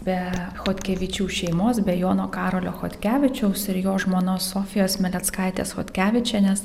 be chodkevičių šeimos be jono karolio chodkevičiaus ir jo žmonos sofijos meleckaitės chodkevičienės